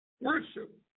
worship